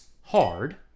hard